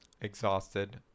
exhausted